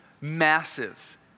Massive